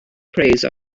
praise